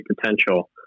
potential